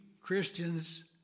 Christians